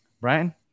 Brian